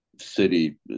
City